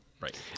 right